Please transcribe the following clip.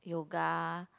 yoga